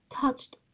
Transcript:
touched